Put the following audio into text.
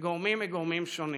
וגורמים מגורמים שונים.